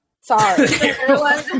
Sorry